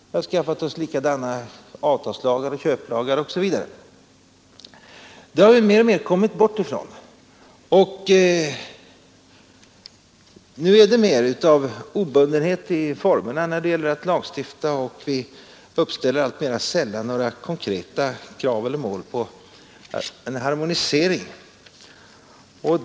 Vi har skaffat oss likadana avtalslagar, köplagar osv. Det har vi mer och mer kommit bort ifrån. Nu är det mer av obundenhet i formerna när det gäller att lagstifta, och vi uppställer alltmera sällan några konkreta mål eller krav på en harmonisering.